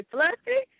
Fluffy